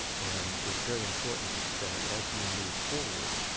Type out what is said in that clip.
and it's very important that as we move forward